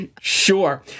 Sure